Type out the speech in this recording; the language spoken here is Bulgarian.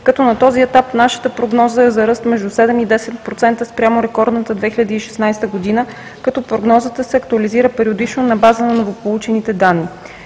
като на този етап нашата прогноза е за ръст между 7 и 10% спрямо рекордната 2016 г., като прогнозата се актуализира периодично на база на новополучените данни.